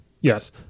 Yes